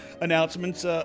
announcements